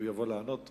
הוא יבוא לענות.